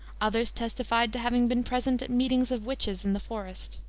others testified to having been present at meetings of witches in the forest.